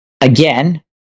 Again